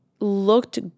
looked